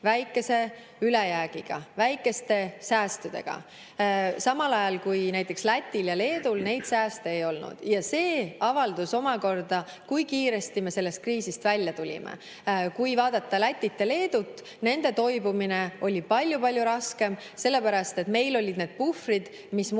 väikese ülejäägiga, väikeste säästudega, samal ajal kui näiteks Lätil ja Leedul neid sääste ei olnud. See avaldus omakorda selles, kui kiiresti me sellest kriisist välja tulime. Kui vaadata Lätit ja Leedut, siis nende toibumine oli palju-palju raskem. Meil olid need puhvrid, mis mustadeks